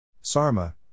Sarma